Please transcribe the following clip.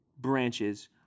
branches